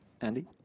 Andy